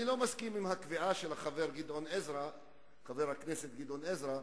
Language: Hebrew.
אני לא מסכים עם הקביעה של חבר הכנסת גדעון עזרא,